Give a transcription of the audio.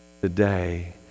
today